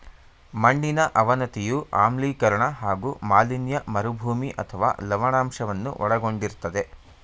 ಮಣ್ಣಿನ ಅವನತಿಯು ಆಮ್ಲೀಕರಣ ಹಾಗೂ ಮಾಲಿನ್ಯ ಮರುಭೂಮಿ ಅಥವಾ ಲವಣಾಂಶವನ್ನು ಒಳಗೊಂಡಿರ್ತದೆ